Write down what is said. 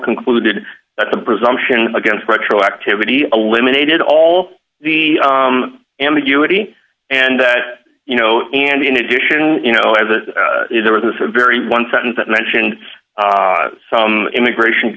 concluded that the presumption against retroactivity eliminated all the ambiguity and that you know and in addition you know as it is there was a very one sentence that mentioned some immigration